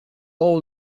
all